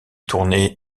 tournées